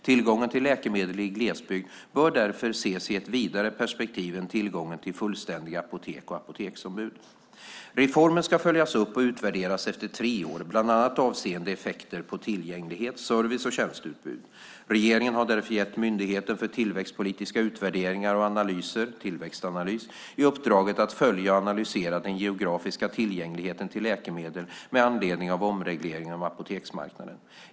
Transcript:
Tillgången till läkemedel i glesbygd bör därför ses i ett vidare perspektiv än tillgången till fullständiga apotek och apoteksombud. Reformen ska följas upp och utvärderas efter tre år, bland annat avseende effekter på tillgänglighet, service och tjänsteutbud. Regeringen har därför gett Myndigheten för tillväxtpolitiska utvärderingar och analyser - Tillväxtanalys - i uppdrag att följa och analysera den geografiska tillgängligheten till läkemedel med anledning av omregleringen av apoteksmarknaden.